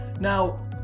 Now